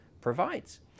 provides